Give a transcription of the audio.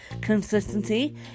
consistency